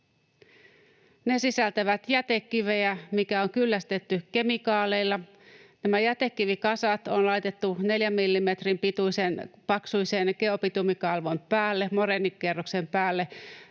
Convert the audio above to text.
Ne sisältävät jätekiveä, mikä on kyllästetty kemikaaleilla. Nämä jätekivikasat on laitettu 4 millimetrin paksuisen geobitumikalvon päälle moreenikerroksen päälle.